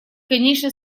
конечно